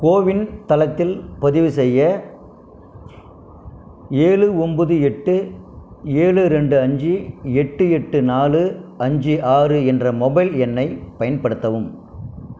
CoWIN தளத்தில் பதிவு செய்ய ஏழு ஒன்பது எட்டு ஏழு ரெண்டு அஞ்சு எட்டு எட்டு நாலு அஞ்சு ஆறு என்ற மொபைல் எண்ணைப் பயன்படுத்தவும்